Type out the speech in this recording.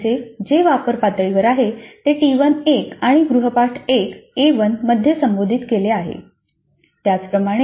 CO 3 जे वापर पातळीवर आहे ते टी 1 आणि गृहपाठ 1 मध्ये संबोधित केले आहेत